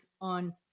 on